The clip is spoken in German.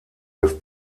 des